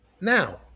now